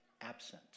absent